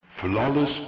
Flawless